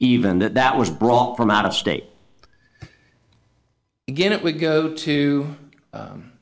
even that that was brought from out of state again it would go to